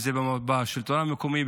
אם זה בשלטון המקומי,